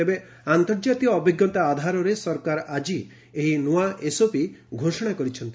ତେବେ ଆନ୍ତର୍ଜାତୀୟ ଅଭିଜ୍ଞତା ଆଧାରରେ ସରକାର ଆକି ଏହି ନୂଆ ଏସ୍ଓପି ଘୋଷଣା କରିଛନ୍ତି